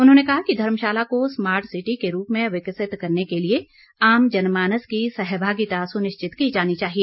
उन्होंने कहा कि धर्मशाला को स्मार्ट सिटी के रूप में विकसित करने के लिए आम जनमानस की सहभागिता सुनिश्चित की जानी चाहिए